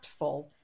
impactful